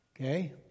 Okay